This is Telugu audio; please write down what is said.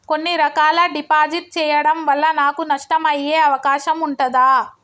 కొన్ని రకాల డిపాజిట్ చెయ్యడం వల్ల నాకు నష్టం అయ్యే అవకాశం ఉంటదా?